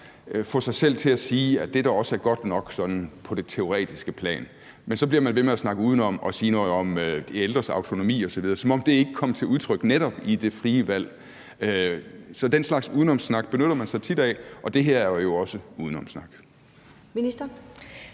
få sig selv til at sige da også er godt nok, sådan på det teoretiske plan. Men så bliver man ved med at snakke udenom og sige noget om de ældres autonomi osv., som om det ikke kom til udtryk netop i det frie valg. Så den slags udenomssnak benytter man sig tit af. Og det her er jo også udenomssnak. Kl.